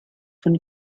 von